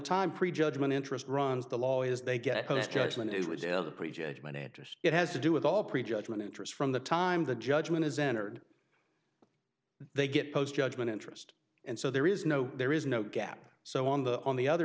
time pre judgment interest runs the law is they get to this judgment of the pre judgment interest it has to do with all prejudgment interest from the time the judgment is entered they get post judgment interest and so there is no there is no gap so on the on the other